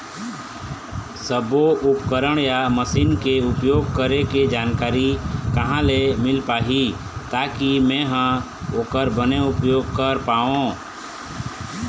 सब्बो उपकरण या मशीन के उपयोग करें के जानकारी कहा ले मील पाही ताकि मे हा ओकर बने उपयोग कर पाओ?